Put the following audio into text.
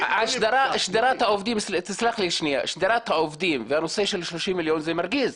שדרת העובדים ונושא של 30 מיליון זה מרגיז.